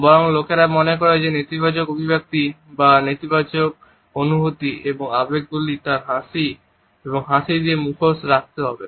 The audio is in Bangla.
বরং লোকেরা মনে করে যে নেতিবাচক অভিব্যক্তি বা নেতিবাচক অনুভূতি এবং আবেগগুলিকে তার হাসি এবং হাসি দিয়ে মুখোশ রাখতে হবে